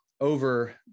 over